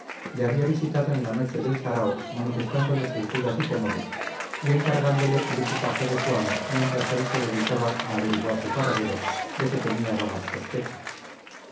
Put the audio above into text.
le había visitado en la noche del sarao manifestándole sus dudas y temores y encargándole el equipaje de su amo mientras él se dedicaba a averiguar su paradero de que tenía vagas sospechas